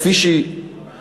כפי שהיא היום,